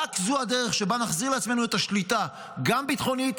רק זאת הדרך שבה נחזיר לעצמנו את השליטה גם ביטחונית,